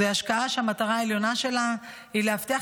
זוהי השקעה שהמטרה העליונה שלה היא להבטיח